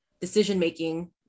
decision-making